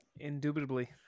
Indubitably